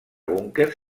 búnquers